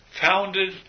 founded